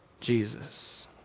Jesus